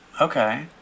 Okay